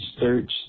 search